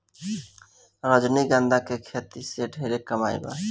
रजनीगंधा के खेती से ढेरे कमाई बा